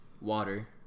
Water